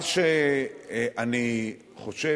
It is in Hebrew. מה שאני חושב,